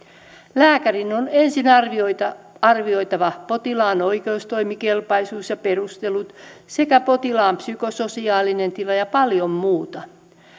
lääkärin on ensin arvioitava arvioitava potilaan oikeustoimikelpoisuus ja perustelut sekä potilaan psykososiaalinen tila ja paljon muuta